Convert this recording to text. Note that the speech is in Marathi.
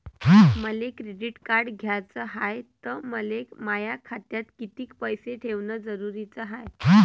मले क्रेडिट कार्ड घ्याचं हाय, त मले माया खात्यात कितीक पैसे ठेवणं जरुरीच हाय?